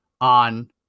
on